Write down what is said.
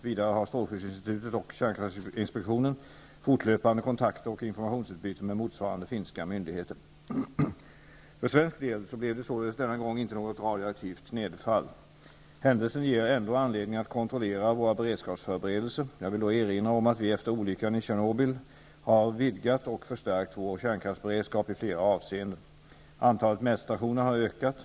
Vidare har strålskyddsinstitutet och kärnkraftinspektionen fortlöpande kontakter och informationsutbyte med motsvarande finska myndigheter. För svensk del blev det således denna gång inte något radioaktivt nedfall. Händelsen ger ändå anledning att kontrollera våra beredskapsförberedelser. Jag vill då erinra om att vi efter olyckan i Tjernobyl har vidgat och förstärkt vår kärnkraftsberedskap i flera avseenden. Antalet mätstationer har ökat.